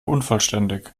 unvollständig